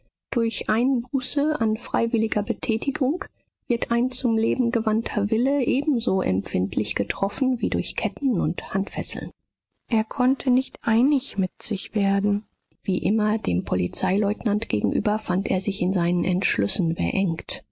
durch einbuße an freiwilliger betätigung wird ein zum leben gewandter wille ebenso empfindlich getroffen wie durch ketten und handfessel er konnte nicht einig mit sich werden wie immer dem polizeileutnant gegenüber fand er sich in seinen entschlüssen beengt